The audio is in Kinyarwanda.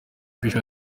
shower